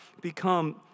become